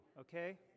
okay